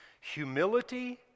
Humility